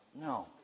No